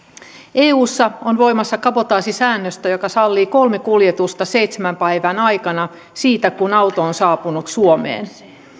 eussa on voimassa kabotaasisäännöstö joka sallii kolme kuljetusta seitsemän päivän aikana siitä kun auto on saapunut suomeen